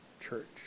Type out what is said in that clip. church